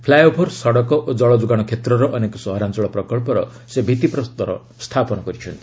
flyover ସଡ଼କ ଓ ଜଳ ଯୋଗାଣ କ୍ଷେତ୍ରର ଅନେକ ସହରାଞ୍ଚଳ ପ୍ରକଳ୍ପର ସେ ଭିତ୍ତିପ୍ରସ୍ତର ସ୍ଥାପନ କରିଛନ୍ତି